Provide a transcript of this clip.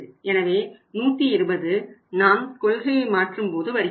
எனவே 120 நாம் கொள்கையை மாற்றும்போது வருகிறது